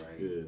right